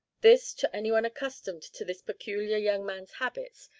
this, to anyone accustomed to this peculiar young man's habits,